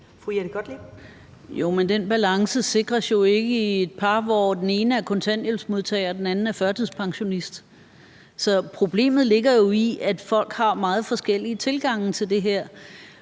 Jette Gottlieb (EL): Jo, men den balance sikres jo ikke i et par, hvor den ene er kontanthjælpsmodtager og den anden er førtidspensionist. Så problemet ligger i, at folk har meget forskellige tilgange til det her.